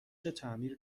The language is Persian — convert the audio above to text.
تعمیر